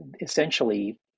Essentially